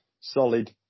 solid